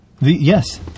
Yes